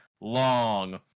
long